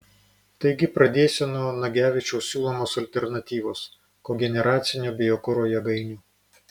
taigi pradėsiu nuo nagevičiaus siūlomos alternatyvos kogeneracinių biokuro jėgainių